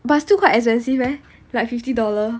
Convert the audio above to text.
but still quite expensive leh like fifty dollar